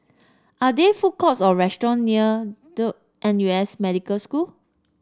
are there food courts or restaurants near Duke N U S Medical School